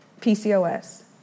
PCOS